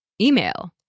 Email